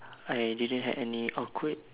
I didn't had any awkward